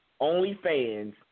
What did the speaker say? OnlyFans